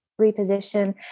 reposition